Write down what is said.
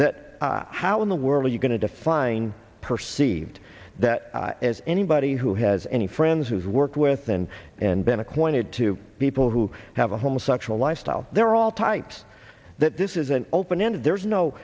that how in the world are you going to define perceived that as anybody who has any friends whose work within and been appointed to people who have a homosexual lifestyle they're all types that this is an open ended there's no